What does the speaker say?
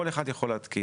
היום כל אחד יכול להתקין.